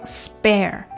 spare